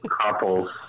Couples